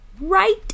right